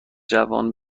جوان